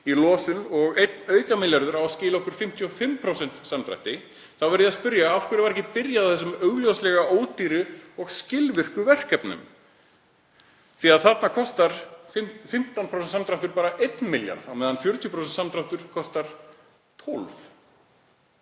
í losun og 1 aukamilljarður á að skila okkur í 55% samdrátt, þá verður að spyrja af hverju ekki var byrjað á þeim augljóslega ódýru og skilvirku verkefnum, því að þarna kostar 15% samdráttur bara 1 milljarð á meðan 40% samdráttur kostar 12,